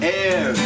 air